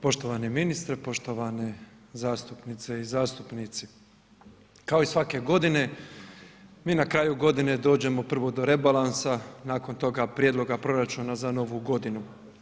Poštovani ministre, poštovane zastupnice i zastupnici kao i svake godine mi na kraju godine dođemo prvo do rebalansa nakon toga prijedloga proračuna za novu godinu.